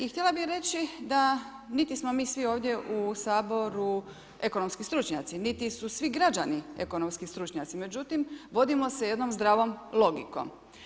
I htjela bih reći da niti smo mi svi ovdje u Saboru ekonomski stručnjaci, niti su svi građani ekonomski stručnjaci, međutim, vodimo se jednom zdravom logikom.